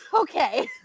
okay